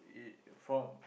from